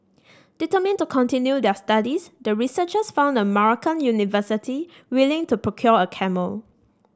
determined to continue their studies the researchers found a Moroccan university willing to procure a camel